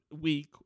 week